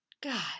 God